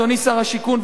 אדוני שר השיכון,